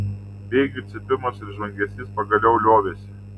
bėgių cypimas ir žvangesys pagaliau liovėsi